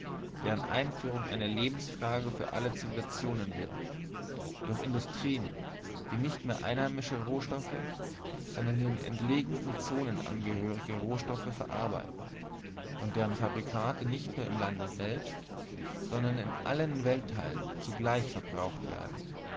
deren einführung eine lebensfrage für alle zivilisierten nationen wird durch industrien die nicht mehr einheimische rohstoffe sondern den entlegensten zonen angehörige rohstoffe verarbeiten und deren fabrikate nicht nur im lande selbst sondern in allen weltteilen zugleich verbraucht werden